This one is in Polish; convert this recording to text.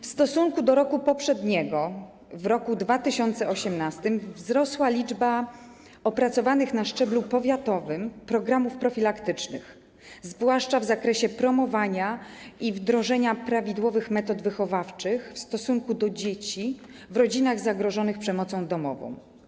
W stosunku do roku poprzedniego - w roku 2018 wzrosła liczba opracowanych na szczeblu powiatowym programów profilaktycznych, zwłaszcza w zakresie promowania i wdrożenia prawidłowych metod wychowawczych w stosunku do dzieci w rodzinach zagrożonych przemocą domową.